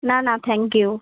না না thank you